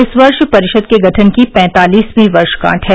इस वर्ष परिषद के गठन की पैंतालीसवीं वर्षगांठ है